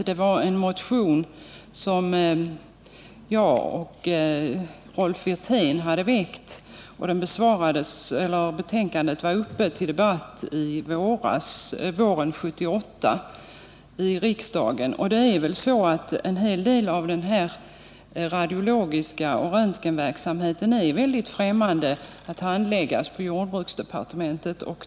Det gällde en motion som jag och Rolf Wirtén hade väckt. Betänkandet var uppe till debatt i riksdagen våren 1978. Det framstår för mig som väldigt främmande att en hel del av den radiologiska verksamheten och röntgenverksamheten skall handläggas inom jordbruksdepartementet.